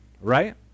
right